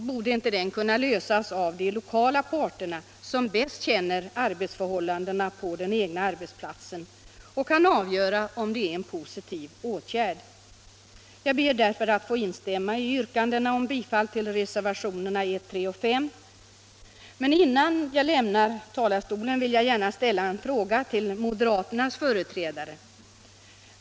Borde inte den kunna lösas av de lokala parterna, som bäst känner arbetsförhållandena på den egna arbetsplatsen och kan avgöra om det är en positiv åtgärd? Jag ber därför att få instämma i yrkandena om bifall till reservationerna 1, 3 och 5. Men innan jag lämnar talarstolen vill jag gärna ställa en fråga till moderaternas företrädare.